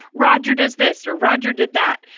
roger does this or roger did that.